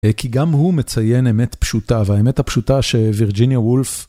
כי גם הוא מציין אמת פשוטה, והאמת הפשוטה שווירג'יניה וולף...